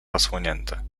zasłonięte